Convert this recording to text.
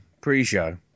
pre-show